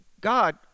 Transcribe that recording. God